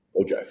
Okay